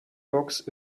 box